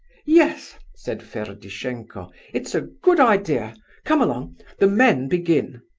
yes, said ferdishenko it's a good idea come along the men begin.